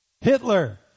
Hitler